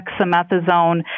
dexamethasone